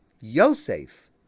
Yosef